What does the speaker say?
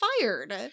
fired